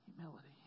Humility